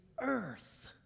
earth